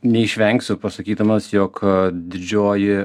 neišvengsiu pasakydamas jog didžioji